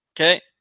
Okay